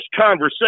conversation